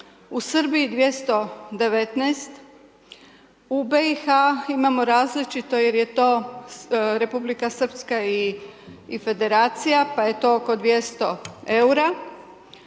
u Srbiju 219, u BIH imamo različito jer je to Republika Srpska i Federacija, pa je to oko 200 eura,